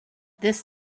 this